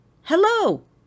Hello